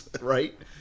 right